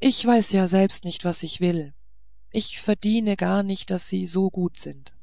ich weiß ja selbst nicht was ich will ich verdiene gar nicht daß sie so gut sind